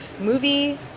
movie